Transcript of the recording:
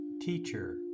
Teacher